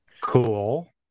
Cool